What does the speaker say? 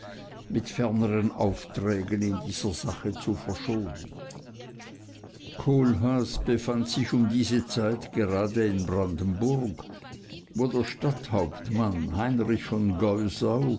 mit ferneren aufträgen in dieser sache zu verschonen kohlhaas befand sich um diese zeit gerade in brandenburg wo der stadthauptmann heinrich von